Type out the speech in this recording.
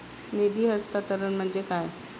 निधी हस्तांतरण म्हणजे काय?